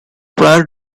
prion